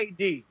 AD